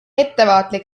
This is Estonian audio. ettevaatlik